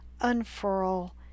unfurl